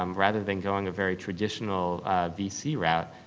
um rather than going a very traditional vc route,